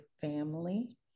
family